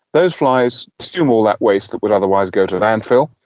those flies consume all that waste that would otherwise go to landfill,